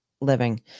living